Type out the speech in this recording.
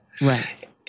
Right